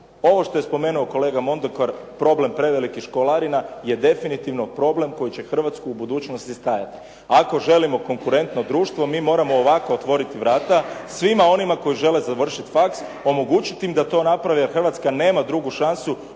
Ovo što je spomenuo kolega Mondekar problem prevelikih školarina je definitivno problem koji će Hrvatsku u budućnosti stajati. Ako želimo konkurentno društvo, mi moramo ovako otvoriti vrata svima onima koji žele završiti faks, omogućiti im da to naprave jer Hrvatska nema drugu šansu